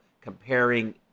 comparing